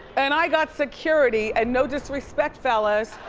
and i got security, and no disrespect, fellas,